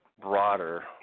broader